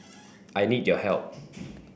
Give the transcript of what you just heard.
I need your help